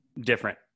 different